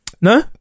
no